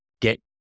get